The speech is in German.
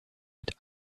mit